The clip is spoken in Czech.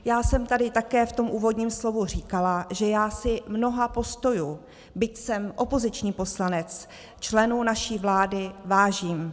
Já jsem tady také v tom úvodním slovu říkala, že já si mnoha postojů, byť jsem opoziční poslanec, členů naší vlády vážím.